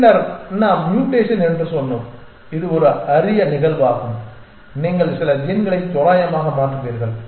பின்னர் நாம் ம்யூட்டேஷன் என்று சொன்னோம் இது ஒரு அரிய நிகழ்வாகும் நீங்கள் சில ஜீன்களை தோராயமாக மாற்றுவீர்கள்